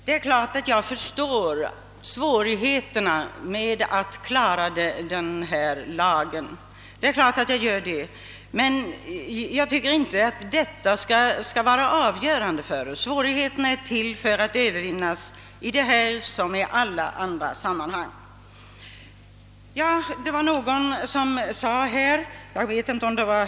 Det är klart att jag förstår de svårigheter som sammanhänger med den här lagen men jag tycker inte att detta skall vara avgörande för oss, ty svårigheter är till för att övervinnas, i det här sammanhanget som i alla andra.